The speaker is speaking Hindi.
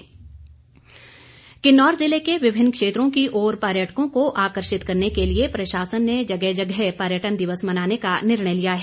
पर्यटन किन्नौर जिले के विभिन्न क्षेत्रों की ओर पर्यटकों को आकर्षित करने के लिए प्रशासन ने जगह जगह पर्यटन दिवस मनाने का निर्णय लिया है